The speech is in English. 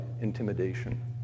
intimidation